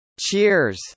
Cheers